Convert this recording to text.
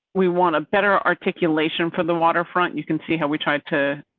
we want a better articulation for the waterfront. you can see how we tried to.